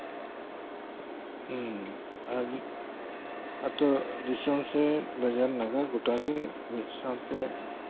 ᱟᱨ ᱢᱤᱫ ᱟᱛᱩ ᱫᱤᱥᱚᱢ ᱥᱮᱫ ᱵᱟᱡᱟᱨ ᱱᱟᱜᱟᱨ ᱜᱚᱴᱟ ᱜᱮ ᱢᱤᱫ ᱥᱟᱶᱛᱮ